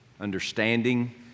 understanding